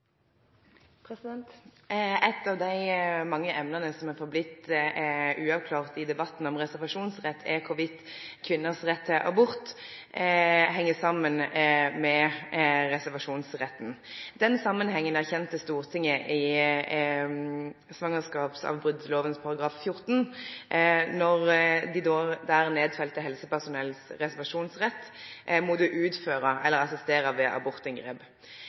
Stortinget?» Et av de mange emnene som har forblitt uavklart i debatten om reservasjonsrett, er hvorvidt kvinners rett til abort henger sammen med reservasjonsretten. Den sammenhengen erkjente Stortinget i svangerskapsavbruddloven § 14, når de der nedfelte helsepersonells reservasjonsrett mot å utføre eller assistere ved